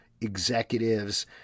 executives